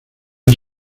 han